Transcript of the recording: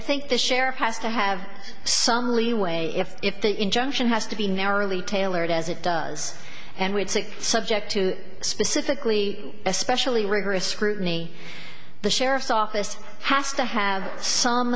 think the sheriff has to have some leeway if if the injunction has to be narrowly tailored as it does and it's subject to specifically especially rigorous scrutiny the sheriff's office has to have some